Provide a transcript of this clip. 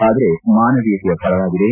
ಆದರೆ ಮಾನವೀಯತೆಯ ಪರವಾಗಿದೆ